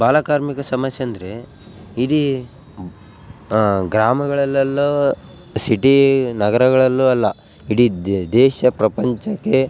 ಬಾಲಕಾರ್ಮಿಕ ಸಮಸ್ಯೆ ಅಂದರೆ ಇಡೀ ಗ್ರಾಮಗಳಲ್ಲೆಲ್ಲ ಸಿಟಿ ನಗರಗಳಲ್ಲೂ ಅಲ್ಲ ಇಡೀ ದೇಶ ಪ್ರಪಂಚಕ್ಕೆ